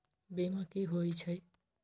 बीमा कि होई छई?